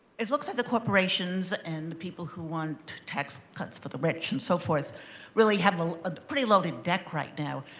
it looks like the corporations and the people who want tax cuts for the rich and so forth really have a and pretty loaded deck right now.